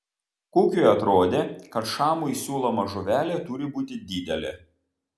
kukiui atrodė kad šamui siūloma žuvelė turi būti didelė